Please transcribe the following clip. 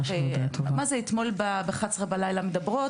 אתמול ב-11 בלילה דיברנו,